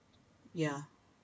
ya